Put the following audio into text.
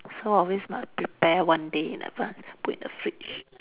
so always must prepare one day in advance put in the fridge